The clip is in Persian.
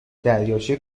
دریاچه